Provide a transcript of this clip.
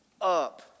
up